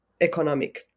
economic